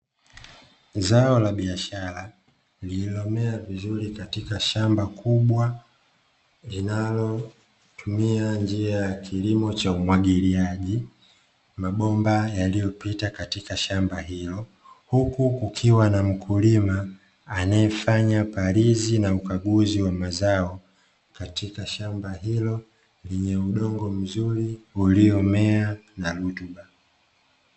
Zao la biashara lililomea vizuri katika shamba kubwa linalotumia njia ya kilimo cha umwagiliaji mabomba yaliyopita katika shamba hili, huku kukiwa na mkulima anaefanya palizi na ukaguzi wa mazao katika shamba hilo lenye udongo mzuri uliomea na rutuba.